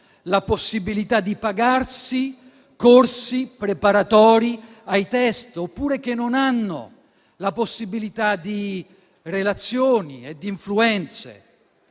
la possibilità di pagarsi corsi preparatori ai test, oppure che non hanno la possibilità di relazioni e di influenze.